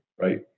right